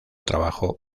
trabajo